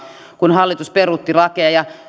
kun hallitus peruutti lakeja